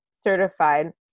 certified